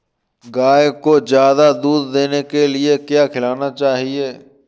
गाय को ज्यादा दूध देने के लिए क्या खिलाना चाहिए?